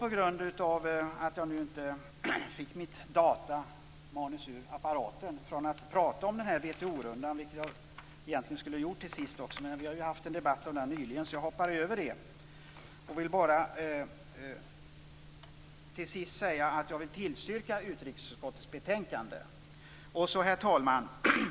På grund av att jag inte fick mitt manus genom datorn avstår jag från att prata om WTO-rundan, vilket jag egentligen skulle ha avslutat med. Eftersom vi har haft en debatt om den nyligen hoppar jag över det. Jag vill bara till sist tillstyrka hemställan i utrikesutskottets betänkande. Herr talman!